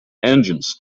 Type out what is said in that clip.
engines